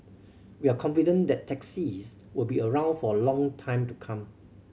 we are confident that taxis will be around for a long time to come